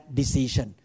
decision